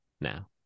now